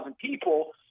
people